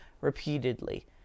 repeatedly